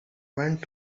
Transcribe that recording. went